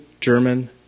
German